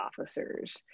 officers